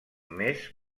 més